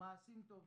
מעשים טובים,